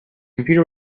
computer